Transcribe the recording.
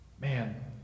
Man